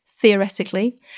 theoretically